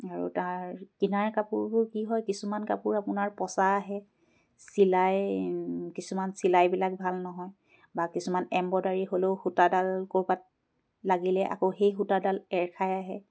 আৰু তাৰ কিনা কাপোৰবোৰ কি হয় কিছুমান কাপোৰ আপোনাৰ পচা আহে চিলাই কিছুমান চিলাইবিলাক ভাল নহয় বা কিছুমান এম্ব্ৰইডাৰী হ'লেও সূতাডাল ক'ৰবাত লাগিলে আকৌ সেই সূতাডাল এৰ খাই আহে